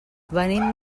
venim